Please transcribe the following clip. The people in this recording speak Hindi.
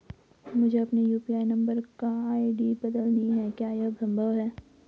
मुझे अपने यु.पी.आई का नम्बर और आई.डी बदलनी है क्या यह संभव है?